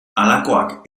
halakoak